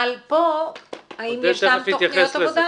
אבל פה האם ישנם תכניות עבודה